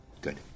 Good